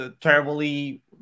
terribly